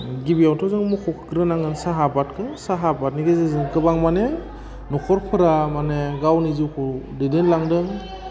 गिबियावथ' जों मख'ग्रोनांगोन साहा आबादखौ साहा आबादनि गेजेरजों गोबां मानि नखरफोरा माने गावनि जिउखौ दैदेनलांदों